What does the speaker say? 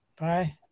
Bye